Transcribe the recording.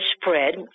spread